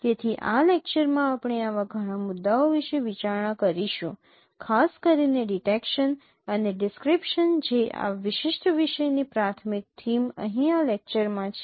તેથી આ લેક્ચરમાં આપણે આવા ઘણા મુદ્દાઓ વિશે વિચારણા કરીશું ખાસ કરીને ડિટેકશન અને ડિસક્રીપશન જે આ વિશિષ્ટ વિષયની પ્રાથમિક થીમ અહીં આ લેક્ચરમાં છે